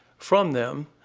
from them,